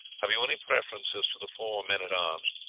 have you any preference as to the four men-at-arms?